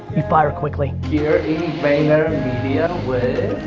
you fire quickly. here in bangor video with